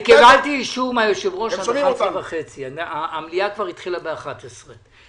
קיבלתי אישור מהיושב ראש לשבת עד 11:30. המליאה התחילה ב-11:00.